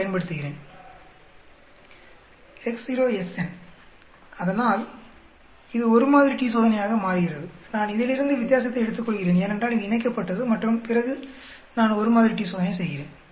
நான் பயன்படுத்துகிறேன் அதனால் இது ஒரு மாதிரி t சோதனையாக மாறுகிறது நான் இதிலிருந்து வித்தியாசத்தை எடுத்துக்கொள்கிறேன் ஏனென்றால் இது இணைக்கப்பட்டது மற்றும் பிறகு நான் ஒரு மாதிரி t சோதனை செய்கிறேன்